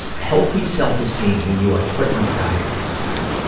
healthy self-esteem when you are put on a diet at five!